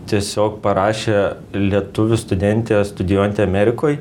tiesiog parašė lietuvių studentė studijuojanti amerikoj